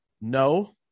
No